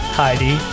Heidi